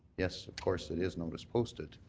yes, of course it is notice posted,